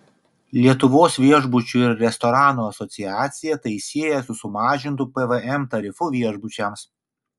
lietuvos viešbučių ir restoranų asociacija tai sieja su sumažintu pvm tarifu viešbučiams